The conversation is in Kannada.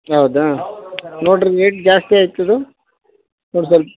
ಹೌದಾ ನೋಡಿರಿ ರೇಟ್ ಜಾಸ್ತಿ ಆಯ್ತು ಅದು ಒಂದು ಸ್ವಲ್ಪ